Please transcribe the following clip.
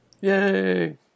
Yay